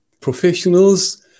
professionals